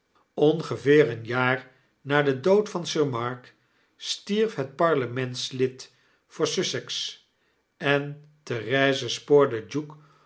ongeveer een jaar na den dood van sir mark stierf het parlementslid voors us s ex en therese spoorde duke